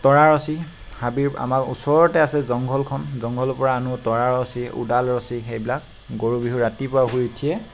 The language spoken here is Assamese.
তৰা ৰছী হাবি আমাৰ ওচৰতে আছে জংঘলখন জংঘলৰ পৰা আনো তৰা ৰছী ওদাল ৰছী সেইবিলাক গৰু বিহুৰ ৰাতিপুৱা শুই উঠিয়ে